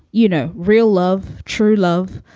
you know, real love, true love,